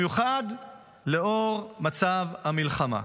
ובמיוחד לאור מצב המלחמה.